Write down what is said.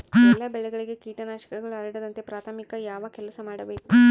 ಎಲ್ಲ ಬೆಳೆಗಳಿಗೆ ಕೇಟನಾಶಕಗಳು ಹರಡದಂತೆ ಪ್ರಾಥಮಿಕ ಯಾವ ಕೆಲಸ ಮಾಡಬೇಕು?